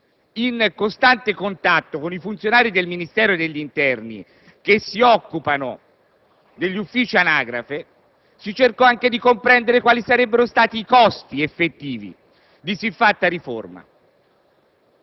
in costante contatto con i funzionari del Ministero dell'interno che si occupano degli uffici Anagrafe, si cercò anche di comprendere quali sarebbero stati i costi effettivi di siffatta riforma,